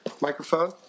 microphone